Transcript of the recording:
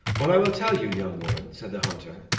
well, i will tell you, young woman, said the hunter,